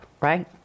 right